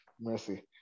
mercy